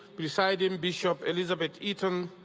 presiding bishop elizabeth eaton,